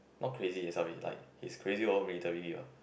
not crazy like is crazy over military lah